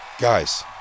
Guys